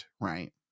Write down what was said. right